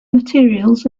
materials